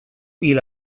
hil